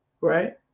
right